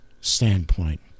standpoint